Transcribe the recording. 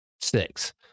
six